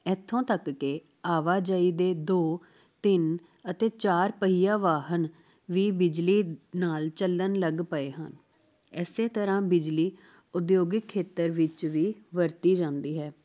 ਇੱਥੋਂ ਤੱਕ ਕਿ ਆਵਾਜਾਈ ਦੇ ਦੋ ਤਿੰਨ ਅਤੇ ਚਾਰ ਪਹੀਆ ਵਾਹਨ ਵੀ ਬਿਜਲੀ ਨਾਲ ਚੱਲਣ ਲੱਗ ਪਏ ਹਨ ਇਸੇ ਤਰ੍ਹਾਂ ਬਿਜਲੀ ਉਦਯੋਗਿਕ ਖੇਤਰ ਵਿੱਚ ਵੀ ਵਰਤੀ ਜਾਂਦੀ ਹੈ